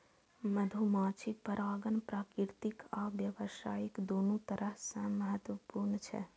मधुमाछी परागण प्राकृतिक आ व्यावसायिक, दुनू तरह सं महत्वपूर्ण छै